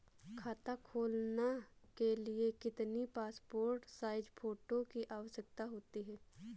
खाता खोलना के लिए कितनी पासपोर्ट साइज फोटो की आवश्यकता होती है?